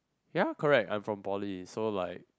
ya correct I'm from poly so like